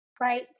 right